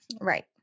Right